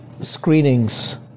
screenings